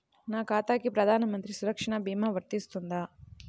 నా ఖాతాకి ప్రధాన మంత్రి సురక్ష భీమా వర్తిస్తుందా?